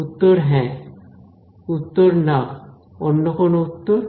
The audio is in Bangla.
উত্তর হ্যাঁ উত্তর না অন্য কোন উত্তর